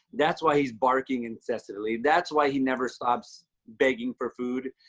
that's why he's barking incessantly. that's why he never stops begging for food.